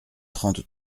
trente